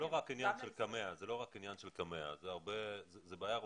זה לא רק עניין קמ"ע, זו בעיה רוחבית.